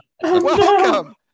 Welcome